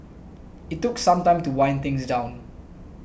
it took some time to wind things down